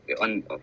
on